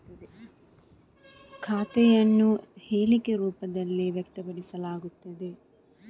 ಖಾತೆಯನ್ನು ಹೇಳಿಕೆ ರೂಪದಲ್ಲಿ ವ್ಯಕ್ತಪಡಿಸಲಾಗುತ್ತದೆ